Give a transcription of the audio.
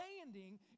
standing